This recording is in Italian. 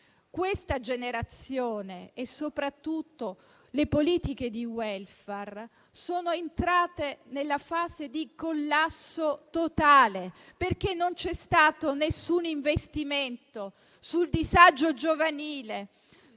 questa generazione e soprattutto le politiche di *welfare* sono entrate in una fase di collasso totale, perché non c'è stato alcun investimento sul disagio giovanile